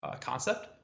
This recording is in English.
concept